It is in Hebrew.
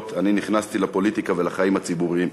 אני נכנסתי לפוליטיקה ולחיים הציבוריים,